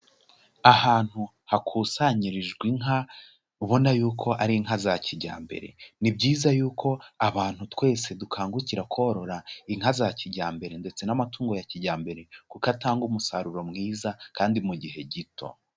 Ahantu hakusanyirijwe inka ubona yuko ari inka za kijyambere. Ni byiza yuko abantu twese dukangukira korora inka za kijyambere ndetse n'amatungo ya kijyambere kuko atanga umusaruro mwiza kandi mu gihe gito.